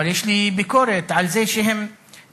אבל יש לי ביקורת על זה שהם נזהרו,